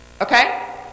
Okay